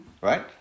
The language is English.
Right